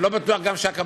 אני לא בטוח גם שהקבלן,